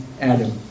Adam